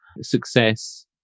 success